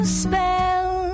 spell